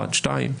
שנית,